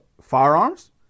firearms